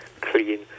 clean